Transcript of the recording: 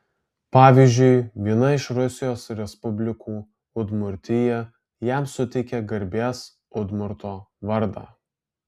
pavyzdžiui viena iš rusijos respublikų udmurtija jam suteikė garbės udmurto vardą